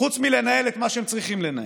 חוץ מלנהל את מה שהם צריכים לנהל.